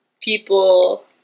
people